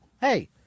hey